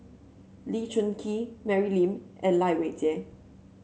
Lee Choon Kee Mary Lim and Lai Weijie